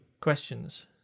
questions